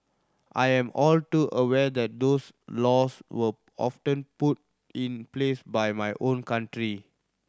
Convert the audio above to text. I am all too aware that those laws were often put in place by my own country